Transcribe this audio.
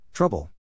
Trouble